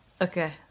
Okay